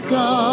go